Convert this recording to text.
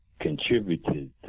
contributed